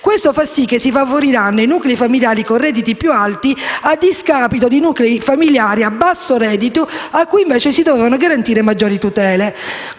Questo fa sì che si favoriranno i nuclei familiari con redditi più alti a discapito di nuclei familiari a basso reddito, a cui invece si dovevano garantire maggiori tutele.